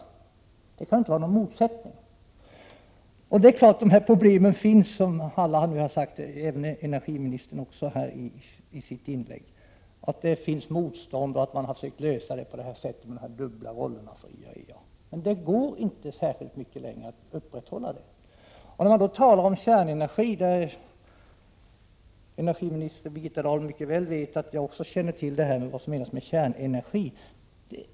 Självfallet finns de problem som alla talare nu, även energiministern i sitt inlägg, har pekat på. Det förekommer ett motstånd, och man har försökt komma till rätta med det genom att ge IAEA dess dubbla roller. Men det går inte särskilt mycket längre att upprätthålla dessa. Vad gäller begreppet kärnenergi vet energiminister Birgitta Dahl mycket väl att också jag känner till vad som menas med detta.